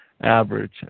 average